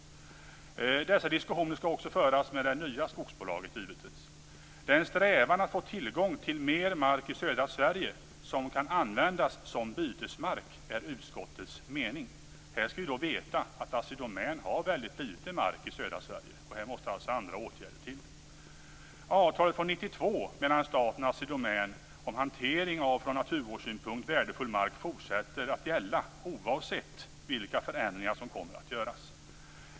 Dessa diskussioner skall givetvis också föras med det nya skogsbolaget. Det är en strävan att få tillgång till mer mark i södra Sverige som kan användas som bytesmark, och det är också utskottets mening. Vi skall veta att Assi Domän har väldigt lite mark i södra Sverige, och här måste andra åtgärder till. Avtalet från 1992 mellan staten och Assi Domän om hantering av från naturvårdssynpunkt värdefull mark fortsätter att gälla oavsett vilka förändringar som kommer att göras.